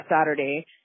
Saturday